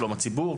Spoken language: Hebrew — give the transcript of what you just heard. שלום הציבור?